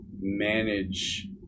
manage